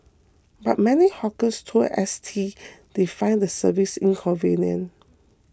but many hawkers told S T they find the service inconvenient